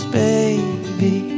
baby